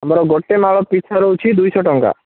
ଆମର ଗୋଟେ ମାଳ ପିଛା ରହୁଛି ଦୁଇଶହ ଟଙ୍କା